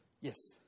Yes